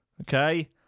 Okay